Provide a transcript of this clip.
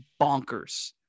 bonkers